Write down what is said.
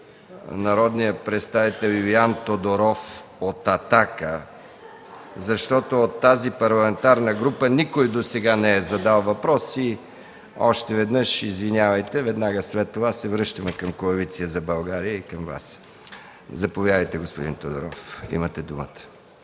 народния представител Илиан Тодоров от „Атака”, защото от тази парламентарна група никой досега не е задал въпрос. Още веднъж извинявайте, веднага след това се връщаме към Коалиция за България и към Вас. Господин Тодоров, заповядайте.